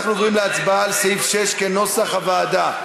אנחנו עוברים להצבעה על סעיף 6, כנוסח הוועדה.